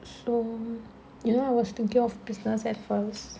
so you know I was thinking of business at first